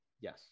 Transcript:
Yes